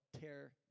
tear